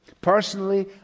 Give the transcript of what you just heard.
Personally